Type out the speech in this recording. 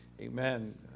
Amen